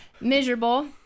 Miserable